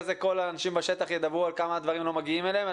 כך כל האנשים בשטח ידברו כמה הדברים לא מגיעים אליהם.